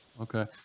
Okay